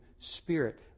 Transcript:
spirit